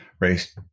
race